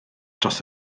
dros